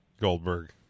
Goldberg